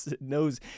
knows